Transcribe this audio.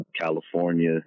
California